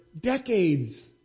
decades